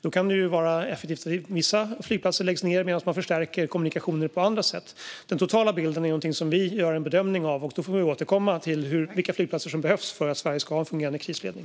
Då kan det vara effektivt att vissa flygplatser läggs ned medan man förstärker kommunikationerna på andra sätt. Den totala bilden är någonting som vi gör en bedömning av. Vi får återkomma till vilka flygplatser som behövs för att Sverige ska ha en fungerande krisledning.